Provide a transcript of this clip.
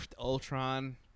Ultron